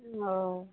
ओ